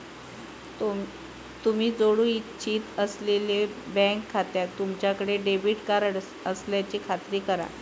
तुम्ही जोडू इच्छित असलेल्यो बँक खात्याक तुमच्याकडे डेबिट कार्ड असल्याची खात्री करा